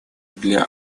для